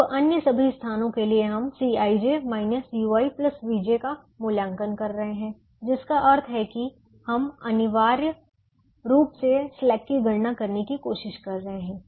अब अन्य सभी स्थानों के लिए हम Cij ui vj का मूल्यांकन कर रहे हैं जिसका अर्थ है कि हम अनिवार्य रूप से स्लैक की गणना करने की कोशिश कर रहे हैं